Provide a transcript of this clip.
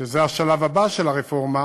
שזה השלב הבא של הרפורמה,